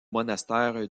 monastère